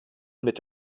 mit